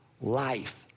life